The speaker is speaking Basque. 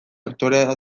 aktorea